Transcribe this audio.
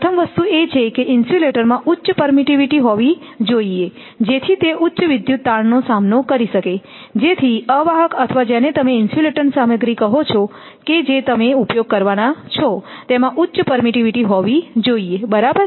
પ્રથમ વસ્તુ એ છે કે ઇન્સ્યુલેટરમાં ઉચ્ચ પરમીટિવિટી હોવી જોઈએ જેથી તે ઉચ્ચ વિદ્યુત તાણનો સામનો કરી શકે જેથી અવાહક અથવા જેને તમે ઇન્સ્યુલેટર સામગ્રી કહો છો કે જે તમે ઉપયોગ કરવાના છો તેમાં ઉચ્ચ પરમીટિવિટી હોવી જોઈએ બરાબર